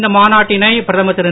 இந்த மாநாட்டினை பிரதமர் திரு